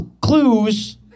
clues